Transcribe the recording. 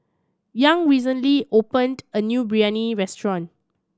Young recently opened a new Biryani restaurant